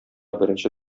беренче